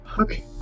Okay